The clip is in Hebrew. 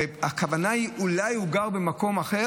והכוונה היא שאולי הוא גר במקום אחר,